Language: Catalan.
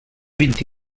vint